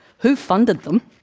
who funded them?